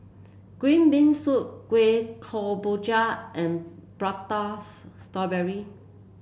Green Bean Soup Kueh Kemboja and Pratas strawberry